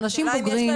הם אנשים בוגרים,